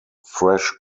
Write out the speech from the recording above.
fresh